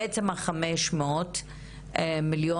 בעצם ה-500 מיליון.